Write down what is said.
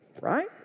right